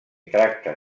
tracta